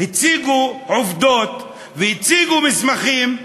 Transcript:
הציגו עובדות והציגו מסמכים,